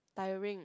tiring